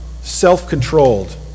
self-controlled